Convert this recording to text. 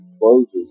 closes